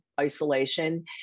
isolation